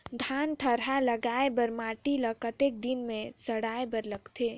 धान थरहा लगाय बर माटी ल कतेक दिन सड़ाय बर लगथे?